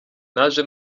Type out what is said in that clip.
naje